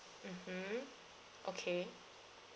mmhmm okay